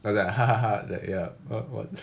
like that ha ha that ya [what] [what]